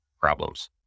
Problems